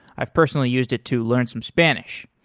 i've personally used it to learn some spanish.